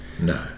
no